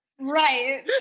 Right